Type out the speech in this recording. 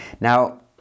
Now